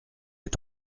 est